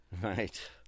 Right